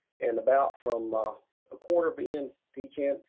and about from a quarter of the end, each end.